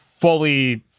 fully